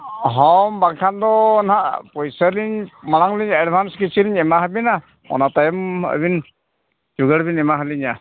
ᱦᱮᱸ ᱵᱟᱠᱷᱟᱱ ᱫᱚ ᱦᱟᱸᱜ ᱯᱩᱭᱥᱟᱹ ᱞᱤᱧ ᱢᱟᱲᱟᱝ ᱞᱤᱧ ᱮᱰᱵᱷᱟᱱᱥ ᱠᱤᱪᱷᱩ ᱞᱤᱧ ᱮᱢᱟ ᱟᱹᱵᱤᱱᱟ ᱚᱱᱟ ᱛᱟᱭᱚᱢ ᱟᱹᱵᱤᱱ ᱵᱤᱱ ᱮᱢᱟᱣ ᱟᱹᱞᱤᱧᱟ